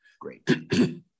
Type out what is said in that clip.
Great